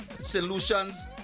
Solutions